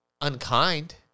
unkind